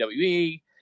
WWE